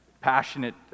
passionate